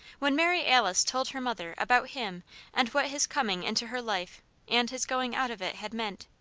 when mary alice told her mother about him and what his coming into her life and his going out of it had meant,